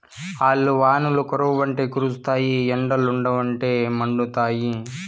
ఆల్లు వానలు కురవ్వంటే కురుస్తాయి ఎండలుండవంటే మండుతాయి